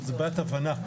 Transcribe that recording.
זו בעיית הבנה,